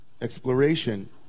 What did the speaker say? exploration